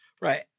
Right